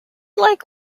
like